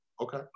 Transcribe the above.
Okay